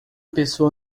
pessoa